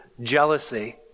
jealousy